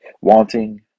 wanting